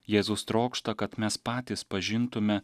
jėzus trokšta kad mes patys pažintume